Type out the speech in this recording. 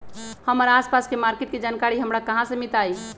हमर आसपास के मार्किट के जानकारी हमरा कहाँ से मिताई?